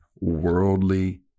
worldly